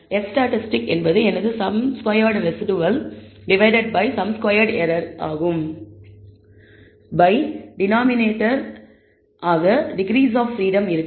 F statistic என்பது எனது sum squared residual divided by sum squared error by denominator degrees of freedom ஆகும்